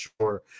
sure